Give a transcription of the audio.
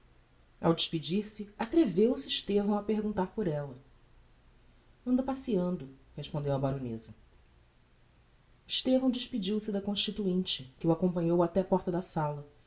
ao despedir-se atreveu-se estevão a perguntar por ella anda passeando respondeu a baroneza estevão despediu-se da constituinte que o acompanhou até á porta da sala